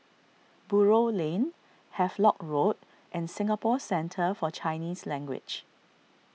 Buroh Lane Havelock Road and Singapore Centre for Chinese Language